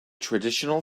traditional